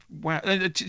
wow